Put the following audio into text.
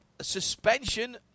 suspension